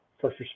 first